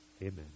Amen